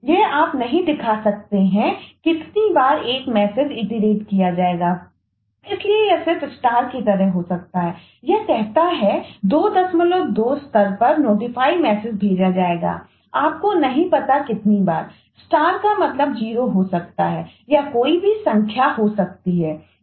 यह आप नहीं दिखा सकते कि कितनी बार एक मैसेज ईटीरेट का मतलब जीरो हो सकता है यह कोई भी संख्या हो सकता है